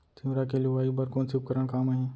तिंवरा के लुआई बर कोन से उपकरण काम आही?